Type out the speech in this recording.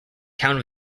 count